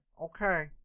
Okay